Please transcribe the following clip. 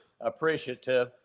appreciative